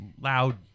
loud